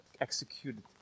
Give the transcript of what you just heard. executed